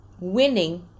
winning